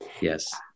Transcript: Yes